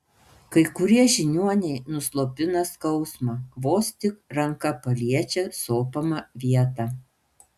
kai kurie žiniuoniai nuslopina skausmą vos tik ranka paliečia sopamą vietą